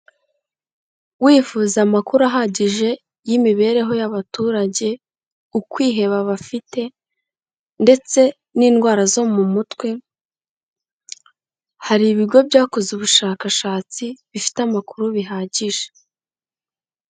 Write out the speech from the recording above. Wifuza amakuru ahagije y'imibereho y'abaturage, ukwiheba bafite ndetse n'indwara zo mu mutwe, hari ibigo byakoze ubushakashatsi bifite amakuru bihagije.